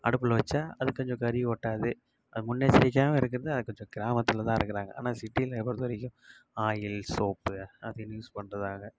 அடுப்பில் வச்சால் அது கொஞ்சம் கரி ஒட்டாது முன்னெச்சரிக்கையாகவும் இருக்கிறது அது கொஞ்சம் கிராமத்தில் தான் இருக்குறாங்க ஆனால் சிட்டியில பொறுத்த வரைக்கும் ஆயில் சோப்பு அப்படின்னு யூஸ் பண்ணுறாங்க